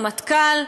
הרמטכ"ל,